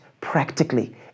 practically